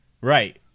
Right